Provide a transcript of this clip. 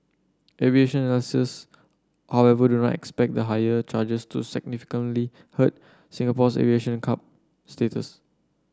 aviation analysts however do not expect the higher charges to significantly hurt Singapore's aviation cub status